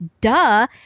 duh –